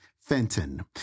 Fenton